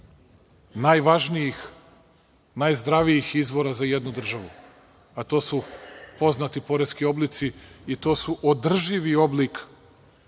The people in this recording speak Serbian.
najvažnijih, najzdravijih izvora za jednu državu, a to su poznati poreski oblici i to je održivi oblik